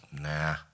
Nah